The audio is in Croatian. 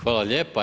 Hvala lijepa.